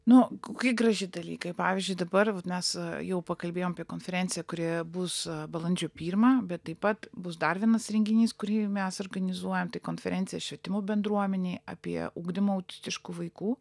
nu kai graži dalykai pavyzdžiui dabar vat mes jau pakalbėjom apie konferenciją kuri bus balandžio pirmą bet taip pat bus dar vienas renginys kurį mes organizuojam tai konferenciją švietimo bendruomenei apie ugdymą autistiškų vaikų